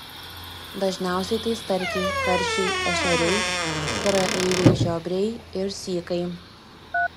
dažniausiai tai starkiai karšiai ešeriai praeiviai žiobriai ir sykai